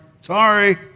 Sorry